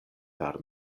per